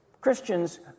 christians